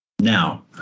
Now